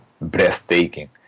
breathtaking